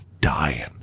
dying